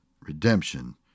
redemption